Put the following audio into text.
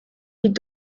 die